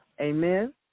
Amen